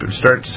start